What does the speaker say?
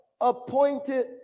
Appointed